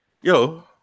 Yo